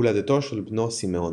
הולדתו של בנו סימאון.